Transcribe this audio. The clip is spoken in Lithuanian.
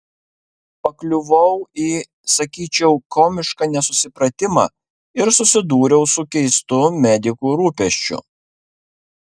pakliuvau į sakyčiau komišką nesusipratimą ir susidūriau su keistu medikų rūpesčiu